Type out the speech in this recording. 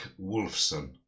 Wolfson